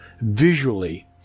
visually